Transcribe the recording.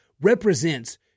represents